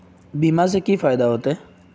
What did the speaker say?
बीमा से की फायदा होते?